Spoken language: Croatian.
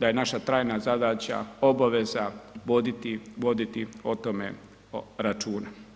da je naša trajna zadaća obaveza voditi o tome računa.